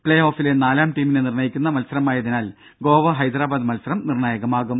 പ്പേ ഓഫിലെ നാലാം ടീമിനെ നിർണയിക്കുന്ന മത്സരമായ തിനാൽ ഗോവ ഹൈദരാബാദ് മത്സരം നിർണായകമാകും